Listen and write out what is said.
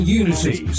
unity